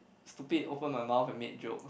stupid open my mouth and made jokes